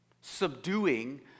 subduing